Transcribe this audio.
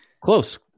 close